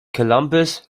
columbus